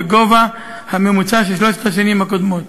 בגובה הממוצע של שלוש השנים הקודמות.